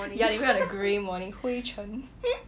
ya they met on grey morning 灰尘